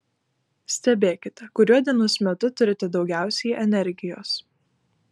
stebėkite kuriuo dienos metu turite daugiausiai energijos